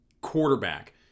quarterback